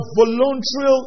voluntary